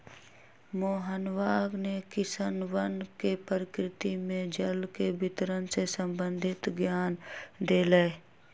मोहनवा ने किसनवन के प्रकृति में जल के वितरण से संबंधित ज्ञान देलय